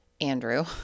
Andrew